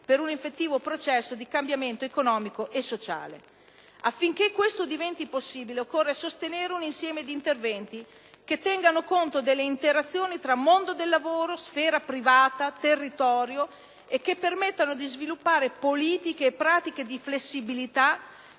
per un effettivo processo di cambiamento economico e sociale. Affinché questo diventi possibile, occorre sostenere un insieme di interventi che tengano conto delle interazioni tra mondo del lavoro, sfera privata, territorio e che permettano di sviluppare politiche e pratiche di flessibilità,